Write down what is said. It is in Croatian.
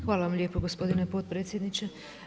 Hvala vam lijepo gospodine podpredsjedniče.